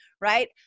right